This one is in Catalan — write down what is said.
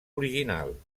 original